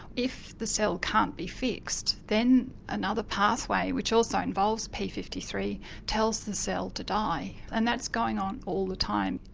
if the cell can't be fixed then another pathway which also involves p five three tells the cell to die, and that's going on all the time.